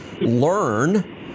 learn